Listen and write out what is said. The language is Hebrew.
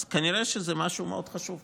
כנראה זה משהו מאוד חשוב,